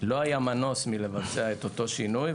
לא היה מנוס מלבצע אותו שינוי.